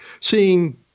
seeing